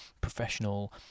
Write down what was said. professional